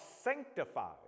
sanctified